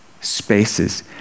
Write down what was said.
spaces